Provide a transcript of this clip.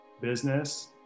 business